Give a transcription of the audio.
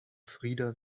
frida